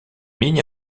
ligne